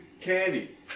candy